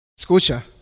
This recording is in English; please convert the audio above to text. Escucha